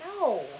No